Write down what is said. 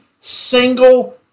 single